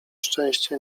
szczęście